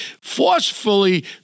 forcefully